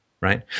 Right